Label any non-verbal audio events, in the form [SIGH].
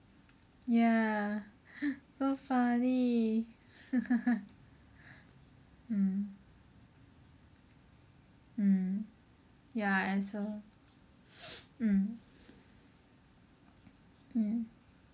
ya [LAUGHS] so funny [LAUGHS] mm mm ya I also [BREATH] mm mm